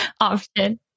option